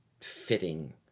fitting